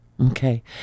Okay